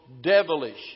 devilish